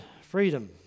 Freedom